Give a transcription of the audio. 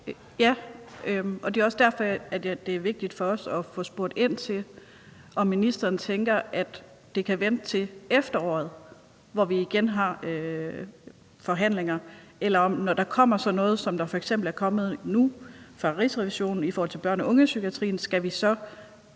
Ja, og det er også derfor, at det er vigtigt for os at få spurgt ind til, om ministeren tænker, at det kan vente til efteråret, hvor vi igen har forhandlinger, eller, når der kommer sådan noget, der f.eks. er kommet nu fra Rigsrevisionen i forhold til børne- og ungepsykiatrien, om vi så